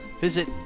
Visit